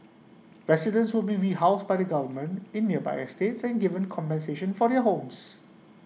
residents will be rehoused by the government in nearby estates and given compensation for their homes